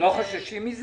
לא חוששים מזה?